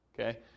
okay